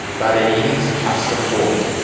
but it is a support.